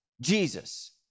Jesus